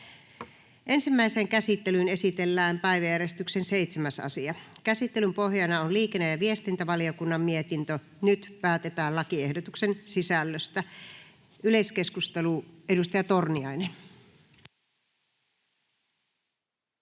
Ensimmäiseen käsittelyyn esitellään päiväjärjestyksen 7. asia. Käsittelyn pohjana on liikenne- ja viestintävaliokunnan mietintö LiVM 19/2021 vp. Nyt päätetään lakiehdotuksen sisällöstä. — Yleiskeskustelu, edustaja Torniainen.